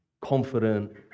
confident